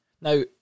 Now